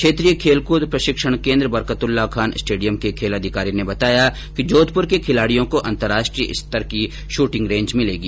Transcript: क्षेत्रीय खेलकृद प्रशिक्षण केन्द्र बरकतुल्लाह खान स्टेडियम के खेल अधिकारी ने बताया कि जोधपुर के खिलाड़ियों को अन्तरराष्ट्रीय स्तर की शूटिंग रेंज मिलेगी